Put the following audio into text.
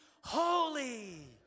holy